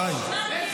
די.